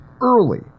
Early